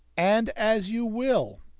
and as you will!